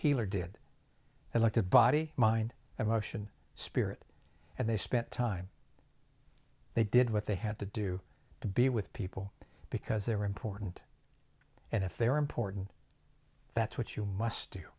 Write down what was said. healer did and like the body mind emotion spirit and they spent time they did what they had to do to be with people because they were important and if they are important that's what you must do